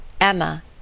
Emma